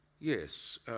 Yes